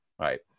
right